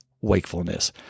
wakefulness